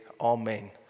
Amen